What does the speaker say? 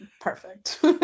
Perfect